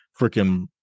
freaking